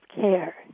care